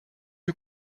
eut